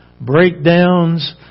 breakdowns